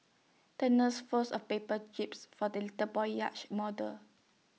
the nurse folds A paper jibs for the little boy's yacht model